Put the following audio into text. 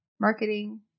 marketing